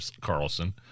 Carlson